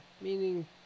Meaning